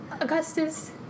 Augustus